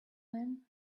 man